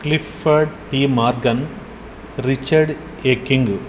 Clifford T Morgan Richard A king